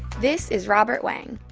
this is robert wang.